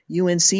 UNC